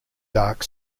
dark